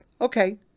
Okay